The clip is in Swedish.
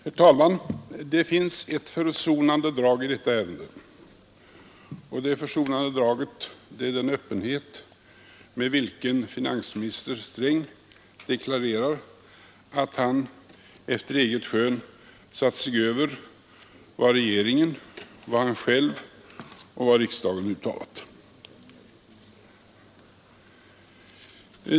Herr talman! Det finns ett försonande drag i detta ärende, och det försonande draget är den öppenhet med vilken finansminister Sträng deklarerar att han efter eget skön satt sig över vad regeringen, han själv och riksdagen uttalat.